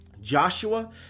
Joshua